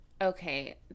Okay